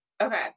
Okay